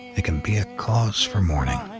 it can be a cause for mourning.